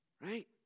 Right